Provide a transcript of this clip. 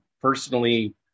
Personally